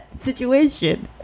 situation